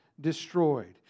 destroyed